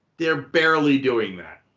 they're barely doing that.